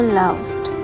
loved